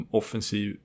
offensiv